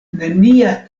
nenia